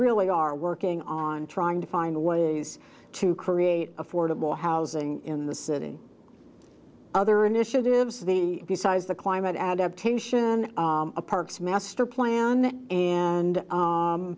really are working on trying to find ways to create affordable housing in the city other initiatives the size the climate adaptation a parks master plan and